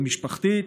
המשפחתית.